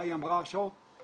מה היא אמרה היום?